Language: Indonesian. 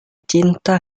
cinta